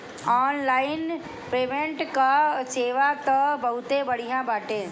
online payment कअ सेवा तअ बहुते बढ़िया बाटे